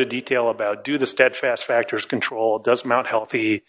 of detail about do the steadfast factors control does mount healthy